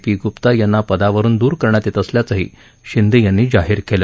P Gupta यांना पदावरुन दूर करण्यात येत असल्याचंही शिंदे यांनी जाहीर केलं